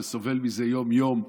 שסובל מזה יום-יום,